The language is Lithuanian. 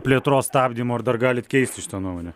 plėtros stabdymo ar dar galit keisti šitą nuomonę